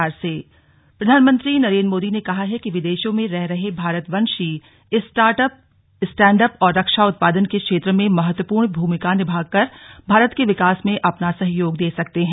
slug प्रवासी भारतीय प्रधानमंत्री नरेन्द्र मोदी ने कहा है कि विदेशों में रह रहे भारतवंशी स्टार्ट अप स्टैंड अप और रक्षा उत्पादन के क्षेत्र में महत्वपूर्ण भूमिका निभा कर भारत के विकास में अपना सहयोग दे सकते हैं